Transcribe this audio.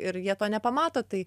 ir jie to nepamato tai